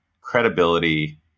credibility